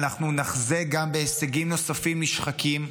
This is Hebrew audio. אנחנו נחזה גם בהישגים נוספים שנשחקים,